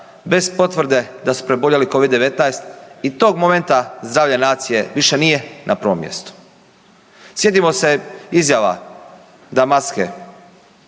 bez potvrde da su preboljeli COVID-19 i tog momenta zdravlje nacije više nije na prvom mjestu. Sjetimo se izjava da maske